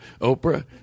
Oprah